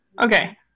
Okay